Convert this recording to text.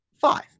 five